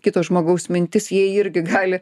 kito žmogaus mintis jie irgi gali